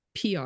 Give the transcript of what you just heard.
PR